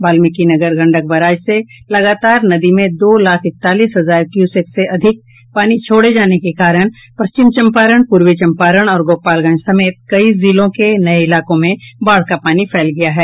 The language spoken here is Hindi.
वाल्मीकिनगर गंडक बराज से लगातार नदी में दो लाख इकतालीस हजार क्यूसेक से अधिक पानी छोड़े जाने के कारण पश्चिम चंपारण पूर्वी चंपारण और गोपालगंज समेत कई जिलों के नये इलाकों में बाढ़ का पानी फैल रहा है